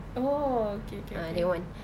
oh okay okay okay